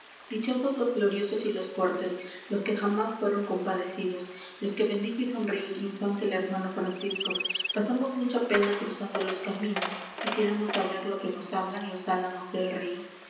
lchosos los gloriosos y los fuertes s que jamás fueron compadecidos s que bendijo y sonrió triunfante p ermano francisco ja r n o s mucha pena izan d o los caminos uisiéramos saber lo que nos hablan s álamos del río